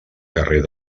carrer